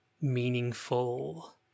meaningful